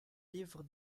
livres